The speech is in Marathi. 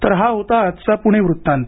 तर हा होता आजचा पुणे वृत्तांत